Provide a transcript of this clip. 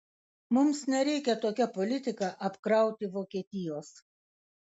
mums nereikia tokia politika apkrauti vokietijos